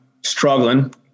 struggling